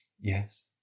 Yes